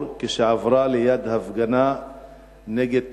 כשעברה ליד הפגנה נגד טורקיה.